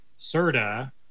Serta